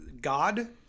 god